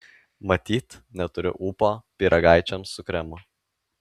matyt neturiu ūpo pyragaičiams su kremu